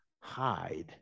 hide